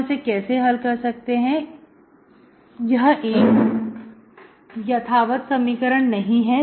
हम इसे कैसे हल कर सकते हैं यह एक यथावत समीकरण नहीं है